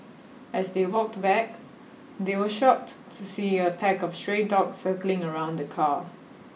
as they walked back they were shocked to see a pack of stray dogs circling around the car